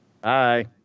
Bye